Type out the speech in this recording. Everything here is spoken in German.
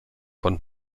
von